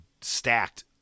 stacked